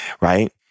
right